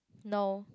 no